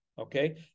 okay